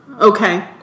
Okay